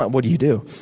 what do you do?